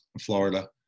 Florida